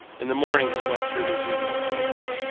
in the morning he went through his usual programme.